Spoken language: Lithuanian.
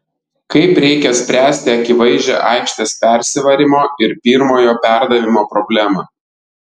kaip reikia spręsti akivaizdžią aikštės persivarymo ir pirmojo perdavimo problemą